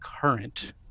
current